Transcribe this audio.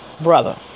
brother